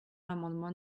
l’amendement